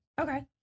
Okay